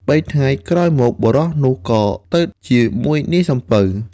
បីថ្ងៃក្រោយមក បុរសនោះក៏ទៅជាមួយនាយសំពៅ។